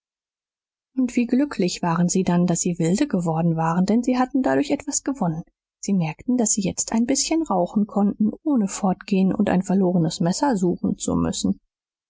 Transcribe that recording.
und wie glücklich waren sie dann daß sie wilde geworden waren denn sie hatten dadurch etwas gewonnen sie merkten daß sie jetzt ein bißchen rauchen konnten ohne fortgehen und ein verlorenes messer suchen zu müssen